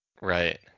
Right